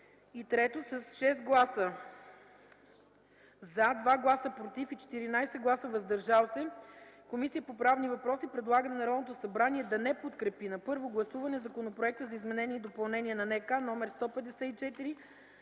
г. 3. С 6 гласа „за”, 2 гласа „против” и 14 гласа „въздържали се”, Комисията по правни въпроси предлага на Народното събрание да не подкрепи на първо гласуване Законопроект за изменение и допълнение на Наказателния